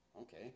Okay